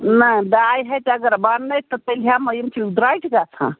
نہَ ڈاے ہتہِ اَگر بَننے تہٕ تیٚلہِ ہٮ۪مو یِم چھِ درٛۄجہِ گژھان